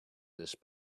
this